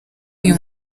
uyu